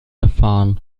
erfahren